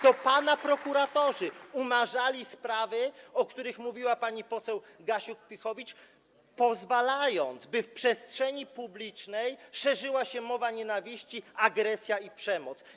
To pana prokuratorzy umarzali sprawy, o których mówiła pani poseł Gasiuk-Pihowicz, pozwalając, by w przestrzeni publicznej szerzyła się mowa nienawiści, agresja i przemoc.